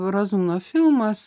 razumno filmas